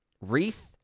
wreath